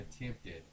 attempted